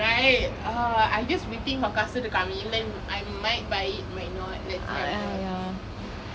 right uh I just waiting for castle to come in then I might buy it might not let's see how it goes